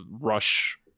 Rush